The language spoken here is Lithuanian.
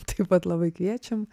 taip pat labai kviečiam